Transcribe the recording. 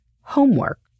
homework